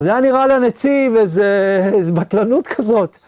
זה היה נראה לנציב איזו בטלנות כזאת.